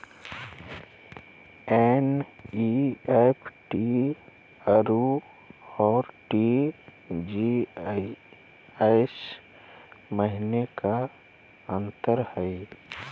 NEFT अरु RTGS महिना का अंतर हई?